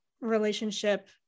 relationship